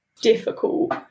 difficult